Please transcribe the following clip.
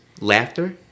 laughter